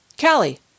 Callie